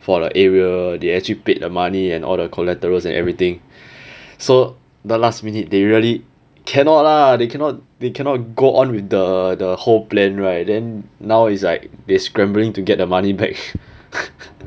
for the area they actually paid the money and all the collaterals and everything so the last minute they really cannot lah they cannot they cannot go on with the the whole plan right then now is like they scrambling to get their money back